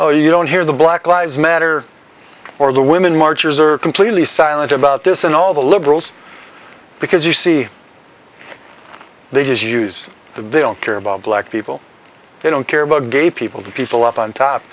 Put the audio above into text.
oh you don't hear the black lives matter or the women marchers are completely silent about this and all the liberals because you see they just use they don't care about black people they don't care about gay people to people up on top